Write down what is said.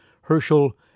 Herschel